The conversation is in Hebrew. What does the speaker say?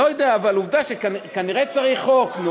לא יודע, אבל כנראה צריך חוק.